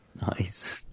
Nice